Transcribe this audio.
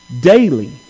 daily